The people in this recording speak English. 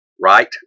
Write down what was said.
right